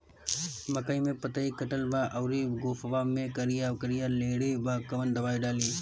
मकई में पतयी कटल बा अउरी गोफवा मैं करिया करिया लेढ़ी बा कवन दवाई डाली?